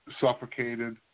suffocated